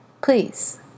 please